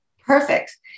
Perfect